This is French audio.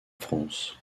france